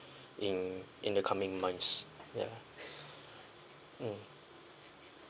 in in the coming months ya um